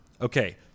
okay